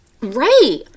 Right